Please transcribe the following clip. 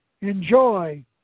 Enjoy